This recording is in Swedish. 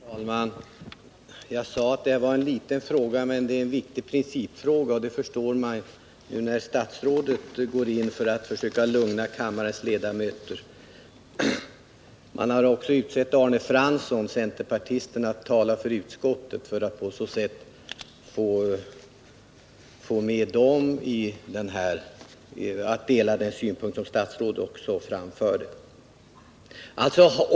Herr talman! Jag sade att detta visserligen var en liten fråga, men att det likväl var en viktig principfråga. Det bekräftas också när statsrådet går in i debatten för att försöka lugna kammarens ledamöter. Centerpartisten Arne Fransson har utsetts att tala för utskottet för att få centerledamöterna att dela den synpunkt som också statsrådet framförde.